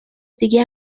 دیگه